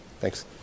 Thanks